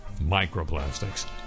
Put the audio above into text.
microplastics